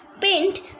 paint